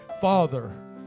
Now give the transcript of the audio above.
Father